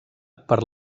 per